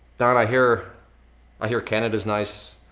don, i hear i hear canada's nice.